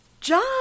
John